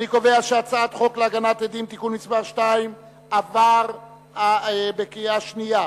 אני קובע שהצעת חוק להגנה על עדים (תיקון מס' 2) עברה בקריאה שנייה.